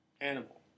animal